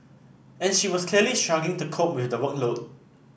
and she was clearly struggling to cope with the workload